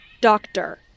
Doctor